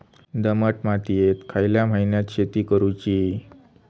दमट मातयेत खयल्या महिन्यात शेती करुची?